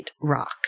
rock